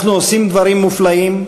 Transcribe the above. אנחנו עושים דברים מופלאים,